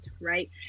right